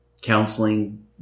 counseling